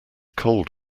cold